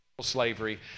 slavery